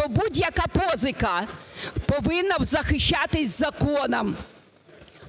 то будь-яка позика повинна захищатися законом